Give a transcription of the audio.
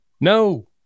No